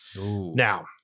Now-